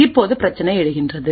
இப்போது பிரச்சினை எழுகிறது